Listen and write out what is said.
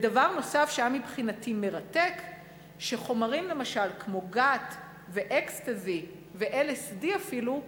דבר נוסף שהיה מבחינתי מרתק הוא שחומרים כמו גת ו"אקסטזי" ו-LSD אפילו,